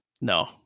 No